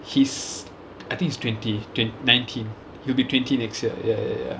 he's I think he's twenty twen~ nineteen he'll be twenty next year ya ya ya